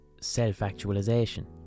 self-actualization